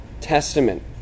testament